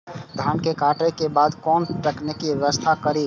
धान के काटे के बाद कोन तकनीकी व्यवस्था करी?